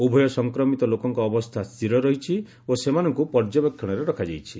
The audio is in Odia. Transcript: ଉଭୟ ସଂକ୍ରମିତ ଲୋକଙ୍କ ଅବସ୍ଥା ସ୍ଥିର ରହିଛି ଓ ସେମାନଙ୍କୁ ପର୍ଯ୍ୟବେକ୍ଷଣରେ ରଖାଯାଇଛି